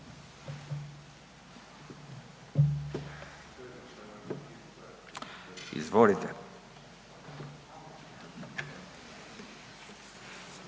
Izvolite.